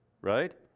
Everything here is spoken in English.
right